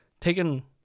taken